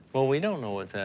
well, we don't know what's and